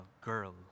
girl